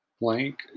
Blank